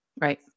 Right